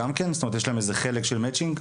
זאת אומרת, יש להם חלק של מצ'ינג?